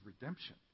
redemption